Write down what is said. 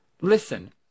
Listen